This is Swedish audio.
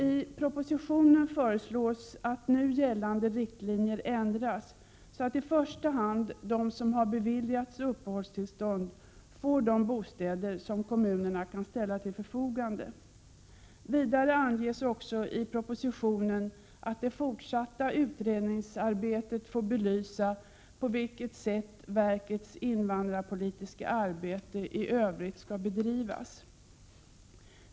I propositionen föreslås att nu gällande riktlinjer ändras så att i första hand de som har beviljats uppehållstillstånd får de bostäder som kommunerna kan ställa till förfogande. Vidare anges också i propositionen att det fortsatta utredningsarbetet får belysa det sätt på vilket verkets invandrarpolitiska arbete i övrigt skall bedrivas.